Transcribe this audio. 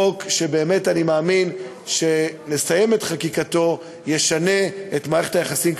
חוק שבאמת אני מאמין שכשנסיים את חקיקתו ישנה את מערכת היחסים,